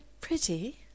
pretty